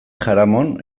jaramon